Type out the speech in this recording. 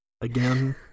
Again